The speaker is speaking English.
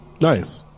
Nice